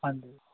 ਹਾਂਜੀ